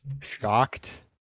Shocked